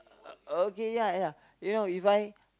uh uh okay ya ya you know you buy